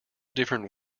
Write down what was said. different